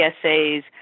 essays